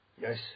Yes